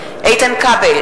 כבל,